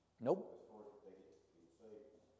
Nope